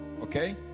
Okay